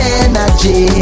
energy